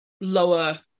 Lower